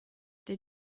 did